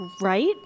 Right